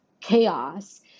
chaos